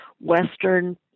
Western